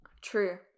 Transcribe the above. True